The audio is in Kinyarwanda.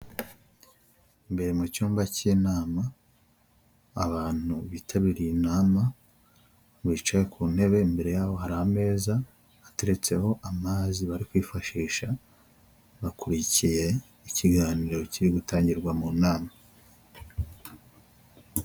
Ihuriro ry'abantu batandukanye bo mu ngeri zose barimo abagore n'abagabo, bahuriye mu nzu yabugenewe iteguyemo intebe ndetse n'ameza byo gukoreraho inama, inyuma yabo hari umukameramani uri kubafata amashusho mu nama barimo.